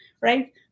right